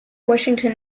washington